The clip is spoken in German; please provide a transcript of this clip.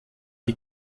die